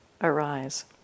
arise